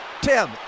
Tim